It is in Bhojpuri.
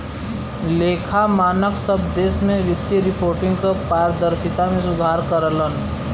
लेखा मानक सब देश में वित्तीय रिपोर्टिंग क पारदर्शिता में सुधार करलन